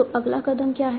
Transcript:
तो अगला कदम क्या था